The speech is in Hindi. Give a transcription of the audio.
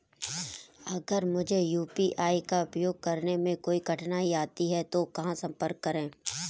अगर मुझे यू.पी.आई का उपयोग करने में कोई कठिनाई आती है तो कहां संपर्क करें?